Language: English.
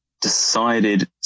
decided